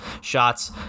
shots